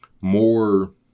more